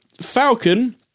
Falcon